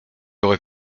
aurait